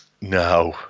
no